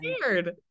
scared